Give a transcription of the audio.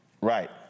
Right